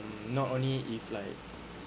mm not only if like